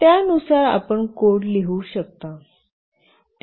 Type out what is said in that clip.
त्यानुसार आपण कोड लिहू शकता